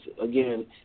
again